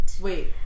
Wait